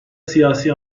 siyasi